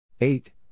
eight